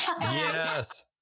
yes